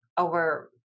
Over